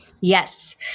yes